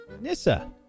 Nissa